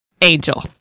Angel